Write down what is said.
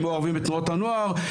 הם מעורבים עם תנועות הנוער,